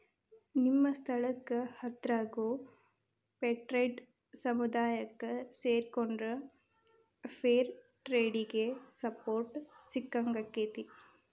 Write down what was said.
ನಿಮ್ಮ ಸ್ಥಳಕ್ಕ ಹತ್ರಾಗೋ ಫೇರ್ಟ್ರೇಡ್ ಸಮುದಾಯಕ್ಕ ಸೇರಿಕೊಂಡ್ರ ಫೇರ್ ಟ್ರೇಡಿಗೆ ಸಪೋರ್ಟ್ ಸಿಕ್ಕಂಗಾಕ್ಕೆತಿ